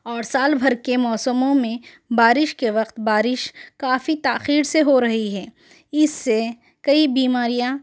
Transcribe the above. اور سال بھر کے موسموں میں بارش کے وقت بارش کافی تاخیر سے ہو رہی ہے اس سے کئی بیماریاں